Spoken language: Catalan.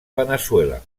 veneçuela